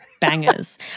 Bangers